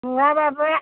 नङाबाबो